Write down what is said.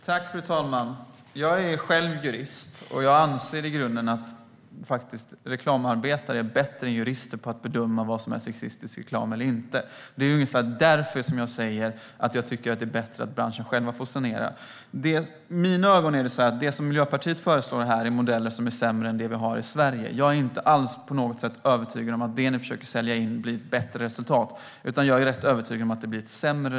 Fru talman! Jag är själv jurist, och jag anser i grunden att reklamarbetare faktiskt är bättre än jurister på att bedöma vad som är sexistisk reklam. Det är därför jag säger att jag tycker att det är bättre att branschen själv får sanera. I mina ögon är det som Miljöpartiet föreslår en modell som är sämre än det vi har i Sverige. Jag är inte alls övertygad om att det ni försöker sälja in ger ett bättre resultat; jag är rätt övertygad om att det blir sämre.